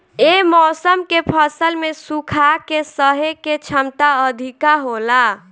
ये मौसम के फसल में सुखा के सहे के क्षमता अधिका होला